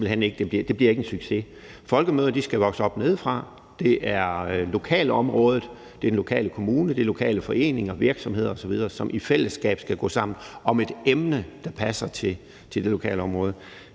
ikke bliver en succes. Folkemøder skal jo vokse op nedefra, og det er i lokalområdet, det er i den lokale kommune, det er i de lokale foreninger og virksomheder osv., hvor man i fællesskab skal gå sammen om et emne, der passer til det lokalområde.